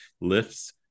lifts